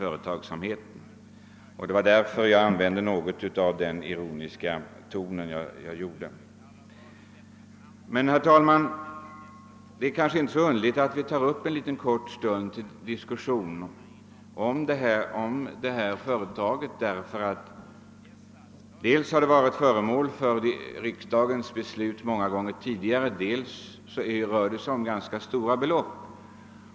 Det var därför som jag använde en något ironisk ton. Det är kanske inte så underligt, herr talman, att vi anslår en kort stund till diskussion om det här företaget eftersom det varit föremål för riksdagens beslut många gånger tidigare, och det rör sig om ganska stora belopp.